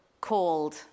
called